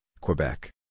Quebec